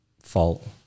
fault